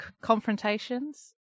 Confrontations